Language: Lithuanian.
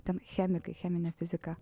ten chemikai cheminę fiziką